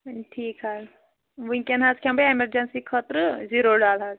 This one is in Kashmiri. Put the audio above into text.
ٹھیٖک حظ وُنکیٚن حظ کھیٚمہٕ بہٕ ایمرجینسی خٲطرٕ زیٖروٗ ڈال حظ